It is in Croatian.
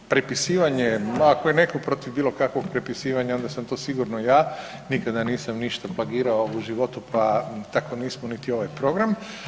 Prepisivanje, ako je netko protiv bilo kakvog prepisivanja onda sam to sigurno ja, nikada nisam ništa plagirao u životu pa tako nismo niti ovaj program.